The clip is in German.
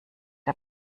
der